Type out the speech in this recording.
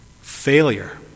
Failure